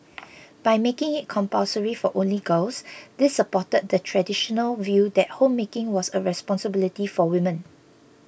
by making it compulsory for only girls this supported the traditional view that homemaking was a responsibility for women